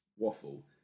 Waffle